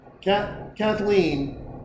Kathleen